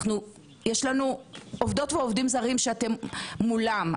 יש לנו עובדות ועובדים זרים שאתם מולם.